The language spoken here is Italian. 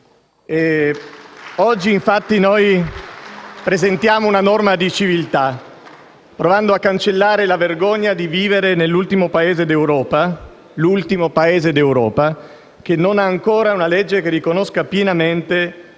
Oggi presentiamo infatti una norma di civiltà, provando a cancellare la vergogna di vivere nell'ultimo Paese in Europa, che non ha ancora una legge che riconosca pienamente